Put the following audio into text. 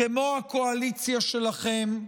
כמו הקואליציה שלכם,